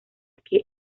que